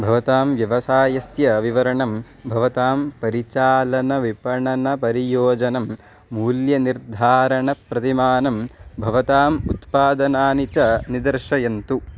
भवतां व्यवसायस्य विवरणं भवतां परिचालनविपणनपरियोजनं मूल्यनिर्धारणप्रतिमानं भवताम् उत्पादनानि च निदर्शयन्तु